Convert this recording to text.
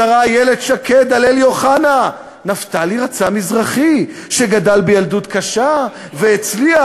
השרה איילת שקד על אלי אוחנה: נפתלי רצה מזרחי שגדל בילדות קשה והצליח,